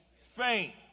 faint